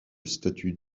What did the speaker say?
statut